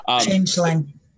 Changeling